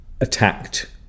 attacked